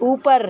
اوپر